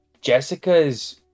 jessica's